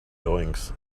goings